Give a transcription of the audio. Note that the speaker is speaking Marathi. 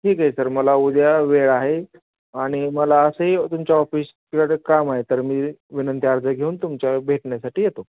ठीक आहे सर मला उद्या वेळ आहे आणि मला असंही तुमच्या ऑफिसकडे काम आहे तर मी विनंती अर्ज घेऊन तुमच्या भेटण्यासाठी येतो